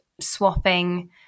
swapping